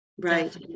right